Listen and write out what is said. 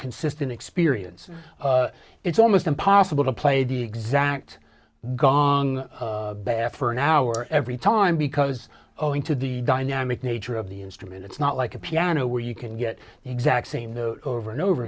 consistent experience it's almost impossible to play the exact gong bad for an hour every time because owing to the dynamic nature of the instrument it's not like a piano where you can get the exact same note over and over